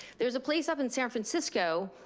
there's a place up in san francisco